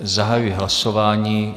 Zahajuji hlasování.